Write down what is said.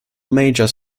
major